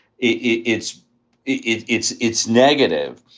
it's it's it's it's negative.